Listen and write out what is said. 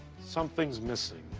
something's missing.